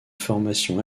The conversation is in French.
formation